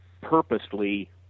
purposely